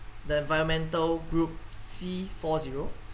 the environmental group C four zero